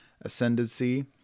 Ascendancy